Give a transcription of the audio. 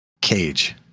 Cage